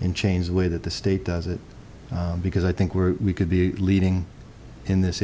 and change the way that the state does it because i think we're we could be leading in this